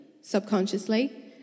subconsciously